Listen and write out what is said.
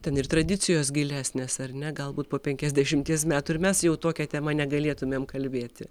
ten ir tradicijos gilesnės ar ne galbūt po penkiasdešimties metų ir mes jau tokia tema negalėtumėm kalbėti